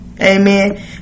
Amen